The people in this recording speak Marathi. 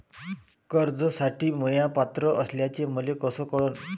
कर्जसाठी म्या पात्र असल्याचे मले कस कळन?